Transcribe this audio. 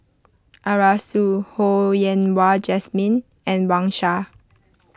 Arasu Ho Yen Wah Jesmine and Wang Sha